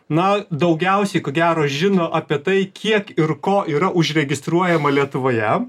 na daugiausiai ko gero žino apie tai kiek ir ko yra užregistruojama lietuvoje